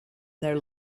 their